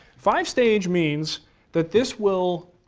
five stage means that this will,